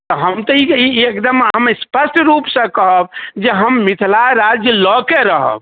तऽ हम तऽ ई एकदम हम स्पष्ट रूपसँ कहब जे हम मिथिलाराज लऽ कऽ रहब